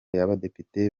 y’abadepite